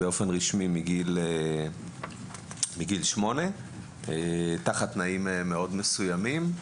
היום מגיל שמונה תחת תנאים מאוד מסוימים.